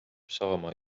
saama